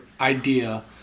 idea